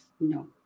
No